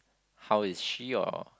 how is she or